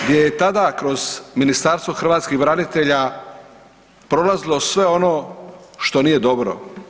Gdje je tada kroz Ministarstvo hrvatskih branitelja prolazilo sve ono što nije dobro.